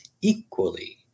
equally